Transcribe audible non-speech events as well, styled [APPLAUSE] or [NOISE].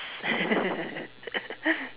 [LAUGHS]